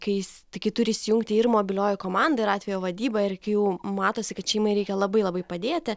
keisti kitur įsijungti ir mobilioji komanda ir atvejo vadyba ir kai jau matosi kad šeimai reikia labai labai padėti